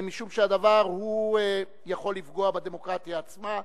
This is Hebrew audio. משום שהדבר יכול לפגוע בדמוקרטיה עצמה.